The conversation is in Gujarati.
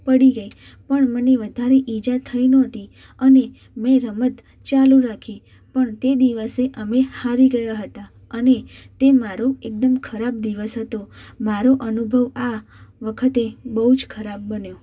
પડી ગઇ પણ મને વધારે ઇજા થઈ નહોતી અને મેં રમત ચાલુ રાખી પણ તે દિવસે અમે હારી ગયા હતા અને તે મારો એકદમ ખરાબ દિવસ હતો મારો અનુભવ આ વખતે બહુ જ ખરાબ હતો